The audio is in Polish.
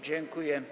Dziękuję.